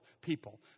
people